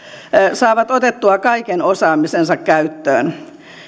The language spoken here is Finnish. saavat otettua kaiken osaamisensa käyttöön